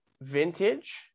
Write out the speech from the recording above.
vintage